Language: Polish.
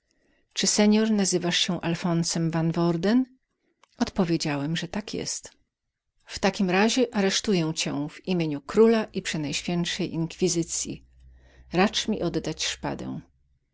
czy pan nazywasz się alfonsem van worden odpowiedziałem że tak jest w takim razie aresztuję pana w imieniu króla i przenajświętszej inkwizycyi racz mi pan oddać szpadę